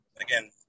again